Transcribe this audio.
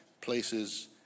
places